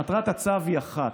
מטרת הצו היא אחת: